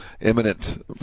imminent